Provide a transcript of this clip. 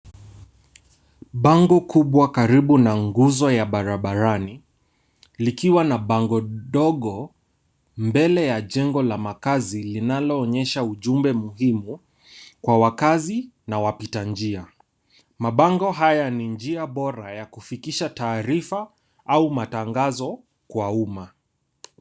Bango kubwa karibu na nguzo ya barabarani likiwa na bango dogo. Mbele ya jengo la makazi linaloonyesha ujumbe muhimu kwa wakaazi na wapitanjia. Mabango haya ni njia bora ya kufikisha taarifa au matangazo kwa umma.